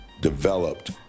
developed